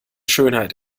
schönheit